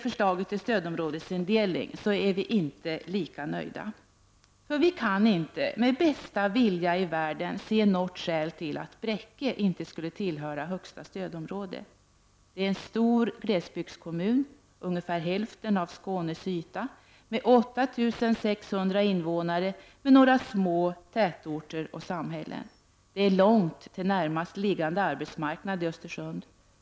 Förslaget till ssödområdesindelning är vi dock inte lika nöjda med. Vi kan inte med bästa vilja i världen se något skäl till att Bräcke inte skulle tillhöra högsta stödområde. Det är en stor glesbygdskommun, ungefär hälften av Skånes yta, med 8 600 invånare och med några små tätorter och samhällen. Det är långt till närmast liggande arbetsmarknad i Östersund.